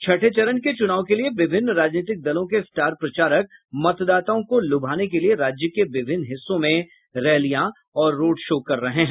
छठे चरण के चूनाव के लिए विभिन्न राजनीतिक दलों के स्टार प्रचारक मतदाताओं को लुभाने के लिए राज्य के विभिन्न हिस्सों में रैलियां और रोड शो कर रहे हैं